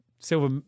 silver